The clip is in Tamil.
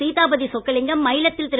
சீதாபதி சொக்கலிங்கம் மயிலத்தில் திரு